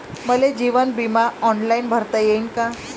मले जीवन बिमा ऑनलाईन भरता येईन का?